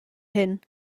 hyn